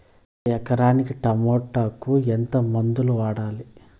ఒక ఎకరాకి టమోటా కు ఎంత మందులు వాడాలి?